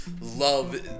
love